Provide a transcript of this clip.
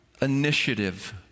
initiative